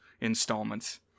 installments